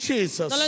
Jesus